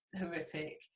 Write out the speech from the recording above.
horrific